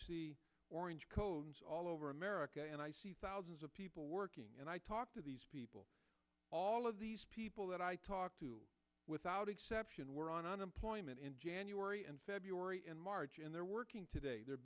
i orange cones all over america thousands of people working and i talk to these people all of these people that i talk to without exception were on unemployment in january and february and march and they're working today they're